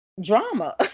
drama